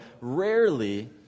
rarely